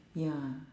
ya